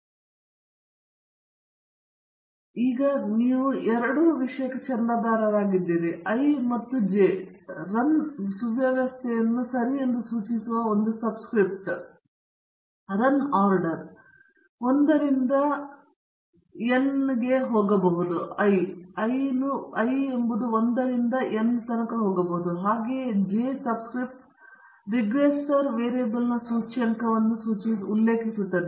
ಆದ್ದರಿಂದ ನೀವು ಈಗ ಎರಡು ಚಂದಾದಾರರಾಗಿದ್ದೀರಿ i ಮತ್ತು j ರನ್ ಸುವ್ಯವಸ್ಥೆಯನ್ನು ಸರಿ ಎಂದು ಸೂಚಿಸುವ ಒಂದು ಸಬ್ಸ್ಕ್ರಿಪ್ಟ್ ನಾನು ರನ್ ಆರ್ಡರ್ ನೀವು 1 ರಿಂದ n ಗೆ ಹೋಗಬಹುದು ಮತ್ತು ಜೆ ಸಬ್ಸ್ಕ್ರಿಪ್ಟ್ ರಿಗ್ರೆಸ್ಸರ್ ವೇರಿಯಬಲ್ನ ಸೂಚ್ಯಂಕವನ್ನು ಉಲ್ಲೇಖಿಸುತ್ತದೆ